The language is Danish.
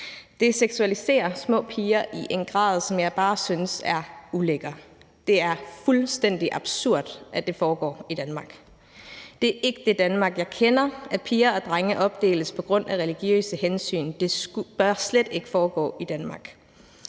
at seksualisere små piger i en grad, som jeg bare synes er ulækker. Det er fuldstændig absurd, at det foregår i Danmark. Det er ikke det Danmark, jeg kender, at piger og drenge opdeles på grund af religiøse hensyn. Det bør slet ikke foregå i Danmark.